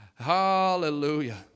Hallelujah